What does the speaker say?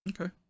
Okay